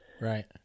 Right